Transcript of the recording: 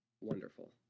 wonderful